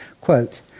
Quote